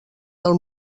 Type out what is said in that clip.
del